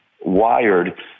wired